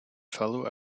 fellow